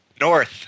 North